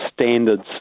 standards